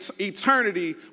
eternity